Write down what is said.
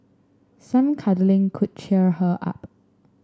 some cuddling could cheer her up